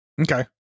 Okay